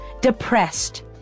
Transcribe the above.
depressed